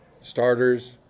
starters